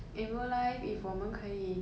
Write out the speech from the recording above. in real life if 我们可以